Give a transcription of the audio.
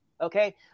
okay